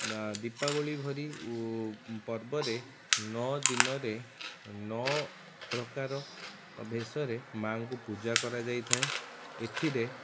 ଅ ଦିପାବଳୀ ଭଳି ପର୍ବରେ ନଅ ଦିନରେ ନଅ ପ୍ରକାର ବେଶରେ ମାଁଙ୍କୁ ପୂଜା କରାଯାଇଥାଏ ଏଥିରେ